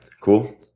cool